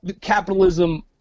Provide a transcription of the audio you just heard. capitalism